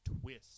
twist